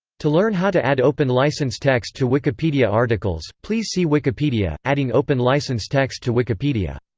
to learn how to add open license text to wikipedia articles, please see wikipedia adding open license text to wikipedia.